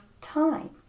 time